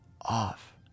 Off